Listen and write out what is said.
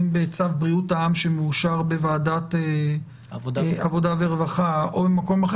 אם בצו בריאות העם שמאושר בוועדת -- עבודה ורווחה.